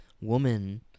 woman-